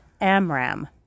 Amram